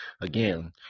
again